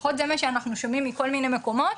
לפחות זה מה שאנחנו שומעים מכל מיני מקומות,